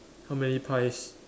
how many pies